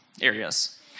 areas